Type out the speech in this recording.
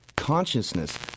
consciousness